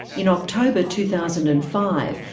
in october two thousand and five,